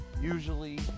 usually